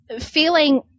feeling